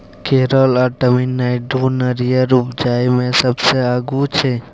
केरल आ तमिलनाडु नारियर उपजाबइ मे सबसे आगू छै